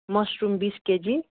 mushroom बिस KG